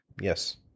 Yes